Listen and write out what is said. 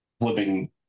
living